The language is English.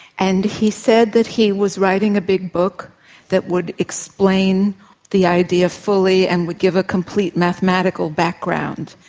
and he said that he was writing a big book that would explain the idea fully and would give a complete mathematical background.